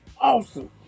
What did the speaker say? awesome